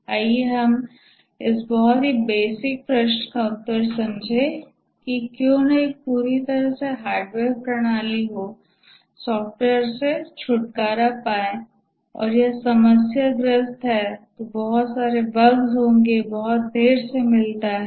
आइए हम इस बहुत ही बेसिक प्रश्न का उत्तर दें कि क्यों न एक पूरी तरह से हार्डवेयर प्रणाली हो सॉफ्टवेयर से छुटकारा पाएं यह समस्याग्रस्त है बहुत सारे बग्स हैं बहुत देर से मिलता है